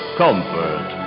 comfort